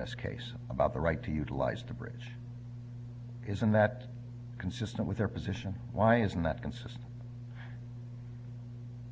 this case about the right to utilize the bridge isn't that consistent with their position why isn't that consist